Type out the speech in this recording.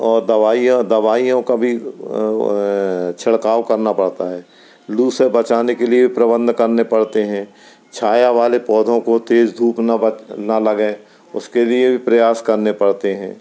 और दवाइयाँ दवाइयों का भी छिड़काव करना पड़ता है लू से बचाने के लिए प्रबंध करने पड़ते हैं छाया वाले पौधों को तेज धूप न बत ना लगे उसके लिए भी प्रयास करने पड़ते हैं